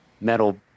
metal